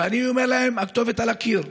ואני אומר להם: הכתובת על הקיר,